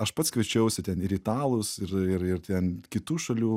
aš pats kviečiausi ten ir italus ir ir ir ten kitų šalių